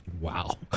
Wow